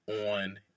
on